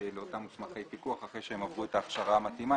לאותם מוסמכי פיקוח אחרי שהם עברו את ההכשרה המתאימה.